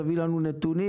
תביא לנו נתונים.